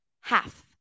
Half